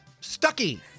Stucky